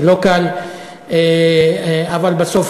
זה לא קל, אבל בסוף